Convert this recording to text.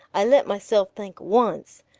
i let myself think once,